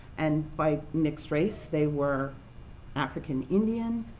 and by mixed race they were african indian,